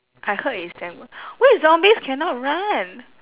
I heard it's damn good what if zombies cannot run